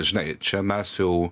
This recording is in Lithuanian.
žinai čia mes jau